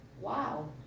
wow